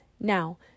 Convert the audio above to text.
Now